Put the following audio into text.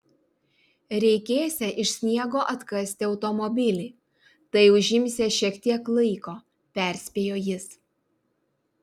reikėsią iš sniego atkasti automobilį tai užimsią šiek tiek laiko perspėjo jis